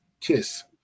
Kiss